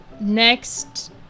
next